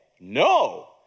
No